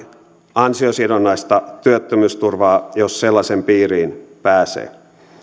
ansiosidonnaista työttömyysturvaa jos sellaisen piiriin pääsee